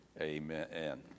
Amen